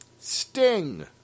Sting